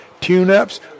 tune-ups